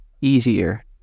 easier